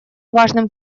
важным